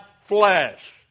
flesh